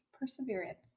perseverance